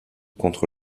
contre